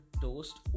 toast